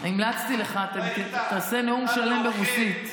המלצתי לך, תעשה נאום ברוסית.